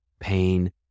pain